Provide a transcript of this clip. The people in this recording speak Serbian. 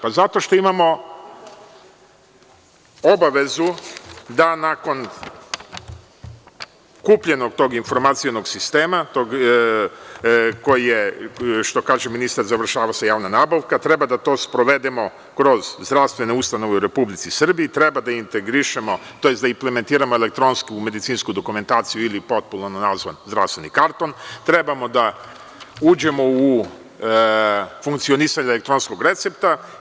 Pa, zato što imamo obavezu da nakon kupljenog tog informacionog sistema, što kaže ministar, završava se javna nabavka i treba da to sprovedemo kroz zdravstvene ustanove u Republici Srbiji, treba da implementiramo elektronsku medicinsku dokumentaciju, ili popularno nazvan zdravstveni karton, trebamo da uđemo u funkcionisanje elektronskog recepta.